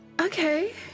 Okay